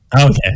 Okay